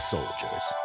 Soldiers